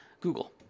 Google